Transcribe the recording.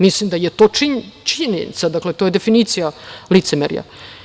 Mislim da je to činjenica, to je definicija licemerja.